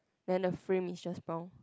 then the frame is just brown